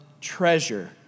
Treasure